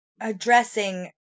addressing